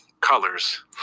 colors